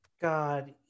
God